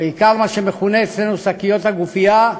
בעיקר מה שמכונה אצלנו "שקיות הגופייה",